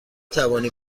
توانی